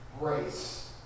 race